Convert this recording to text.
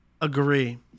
Agree